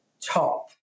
top